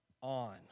on